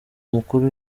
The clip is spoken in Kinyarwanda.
umukuru